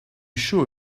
sure